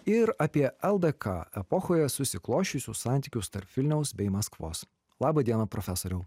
ir apie ldk epochoje susiklosčiusius santykius tarp vilniaus bei maskvos laba diena profesoriau